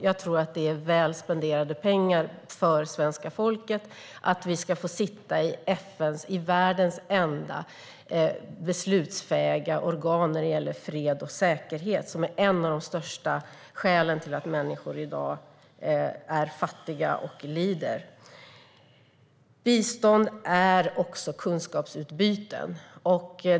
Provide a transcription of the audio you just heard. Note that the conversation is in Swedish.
Jag tror att det är väl spenderade pengar för svenska folket för att vi ska få sitta i världens enda beslutsfähiga organ när det gäller fred och säkerhet. Krig och konflikter är ju ett av de största skälen till att människor är fattiga och lider. Bistånd är också kunskapsutbyte.